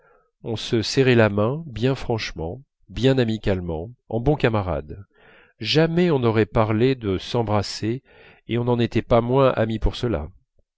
on se serrait la main bien franchement bien amicalement en bons camarades jamais on n'aurait parlé de s'embrasser et on n'en était pas moins amis pour cela